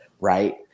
right